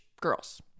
girls